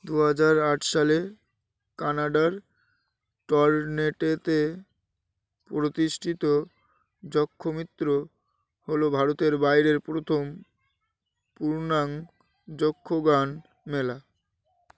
দু হাজার আট সালে কানাডার টরন্টোতে প্রতিষ্ঠিত যক্ষমিত্র হল ভারতের বাইরের প্রথম পুরণাং যক্ষগান মেলা